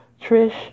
Trish